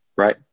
Right